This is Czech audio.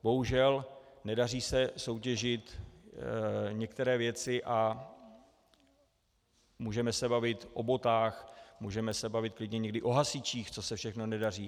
Bohužel se nedaří soutěžit některé věci, a můžeme se bavit o botách, můžeme se bavit klidně někdy o hasičích, co se všechno nedaří.